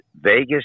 Vegas